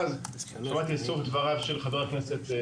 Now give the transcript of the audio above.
שמעתי את סוף דבריו של חה"כ,